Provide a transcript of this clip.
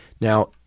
Now